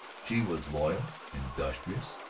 she was loyal, industrious,